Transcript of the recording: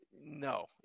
no